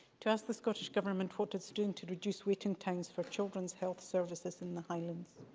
to ask the scottish government what it is doing to reduce waiting times for children's health services in the highlands.